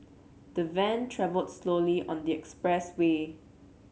the van travelled slowly on the express way